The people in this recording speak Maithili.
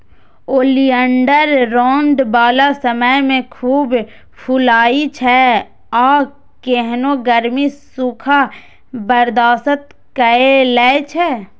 ओलियंडर रौद बला समय मे खूब फुलाइ छै आ केहनो गर्मी, सूखा बर्दाश्त कए लै छै